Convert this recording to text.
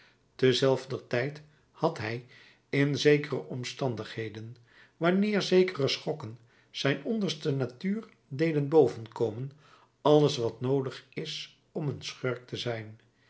zijn terzelfdertijd had hij in zekere omstandigheden wanneer zekere schokken zijn onderste natuur deden bovenkomen alles wat noodig is om een schurk te zijn